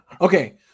Okay